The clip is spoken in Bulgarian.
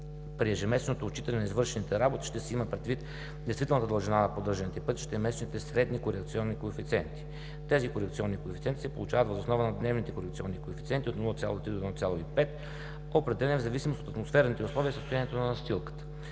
При ежемесечното отчитане на извършените работи ще се има предвид действителната дължина на поддържаните пътища и месечните средни, корелационни коефициенти. Тези корелационни коефициенти се получават въз основа на дневните корелационни коефициенти от 0.3 до 0.5, определяни в зависимост от атмосферните условия и състоянието на настилката.